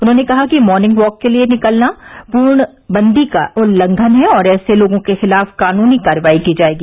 उन्होंने कहा कि मॉर्निंग वॉक के लिए बाहर निकलना पूर्णबंदी का उल्लंघन है और ऐसे लोगों के खिलाफ कानूनी कार्रवाई की जाएगी